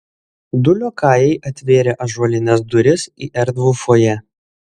du liokajai atvėrė ąžuolines duris į erdvų fojė